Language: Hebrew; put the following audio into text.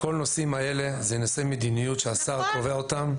כל הנושאים האלה אלה הם נושאי מדיניות שהשר קובע אותם.